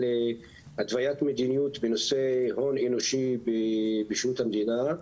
התוויית מדיניות בנושא הון אנושי בשירות המדינה,